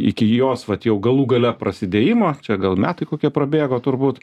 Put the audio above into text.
iki jos vat jau galų gale prasidėjimo čia gal metai kokie prabėgo turbūt